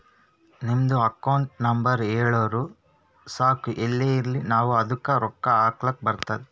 ನಿಮ್ದು account number ಹೇಳುರು ಸಾಕ್ ಎಲ್ಲೇ ಇರ್ಲಿ ನಾವೂ ಅದ್ದುಕ ರೊಕ್ಕಾ ಹಾಕ್ಲಕ್ ಬರ್ತುದ್